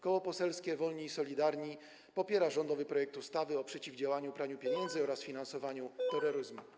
Koło Poselskie Wolni i Solidarni popiera rządowy projekt ustawy o przeciwdziałaniu praniu pieniędzy oraz finansowaniu terroryzmu.